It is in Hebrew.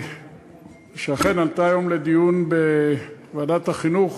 שאכן עלתה היום לדיון בוועדת החינוך